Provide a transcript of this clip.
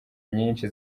nyinshi